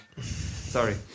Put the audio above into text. Sorry